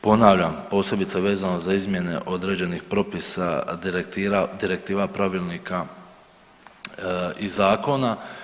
Ponavljam posebice vezano za izmjene određenih propisa, direktiva, pravilnika i zakona.